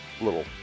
little